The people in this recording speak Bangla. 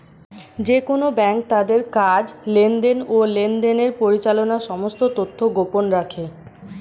যেকোন ব্যাঙ্ক তাদের কাজ, লেনদেন, ও লেনদেনের পরিচালনার সমস্ত তথ্য গোপন রাখে